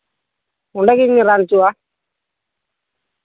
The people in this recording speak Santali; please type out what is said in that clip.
ᱚᱸᱰᱮᱜᱤᱧ ᱨᱟᱱ ᱦᱚᱪᱚᱜᱼᱟ